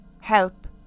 Help